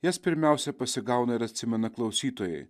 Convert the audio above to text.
jas pirmiausia pasigauna ir atsimena klausytojai